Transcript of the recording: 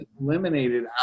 eliminated